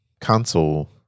console